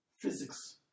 physics